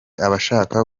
abashaka